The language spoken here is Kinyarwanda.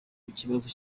ikibazo